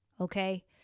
okay